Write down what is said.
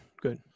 good